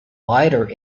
wider